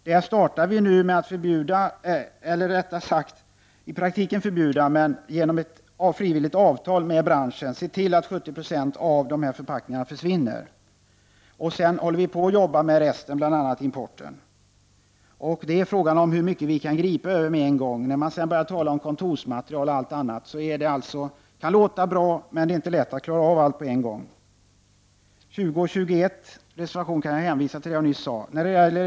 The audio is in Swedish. Där startar vi nu med att i praktiken förbjuda sådana — genom ett frivilligt avtal med branschen ser vi till att 70 20 av de förpackningarna försvinner. Resten håller vi på och jobbar med, bl.a. importen. Frågan är hur mycket vi kan gripa över med en gång. När man sedan börjar tala om kontorsmateriel och mycket annat kan det låta bra, men det är inte lätt att klara av allt på en gång. När det gäller reservationerna 20 och 21 kan jag hänvisa till vad jag nyss sade.